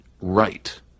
right